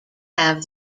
have